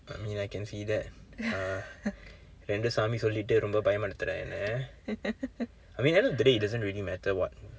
I mean I can see that uh இரண்டு சாமி சொல்லிட்டு ரொம்ப பயப்படுத்துற என்ன:irandu saami sollittu romba payappadutthura enna I mean end of the day it doesn't really matter what